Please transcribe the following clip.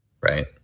right